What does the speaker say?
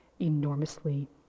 enormously